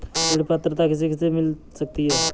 ऋण पात्रता किसे किसे मिल सकती है?